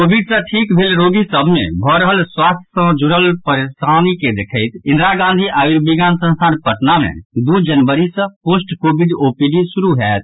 Covid सँ ठीक भेल रोगी सभ मे भऽ रहल स्वास्थ्य सऽ जुड़ल परेशानी के देखैत इंदिरा गांधी आयुर्विज्ञान संस्थान पटना मे दू जनवरी सँ पोस्ट कोविड ओपीडी शुरू होयत